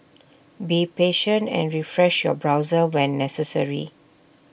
be patient and refresh your browser when necessary